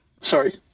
Sorry